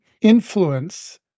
influence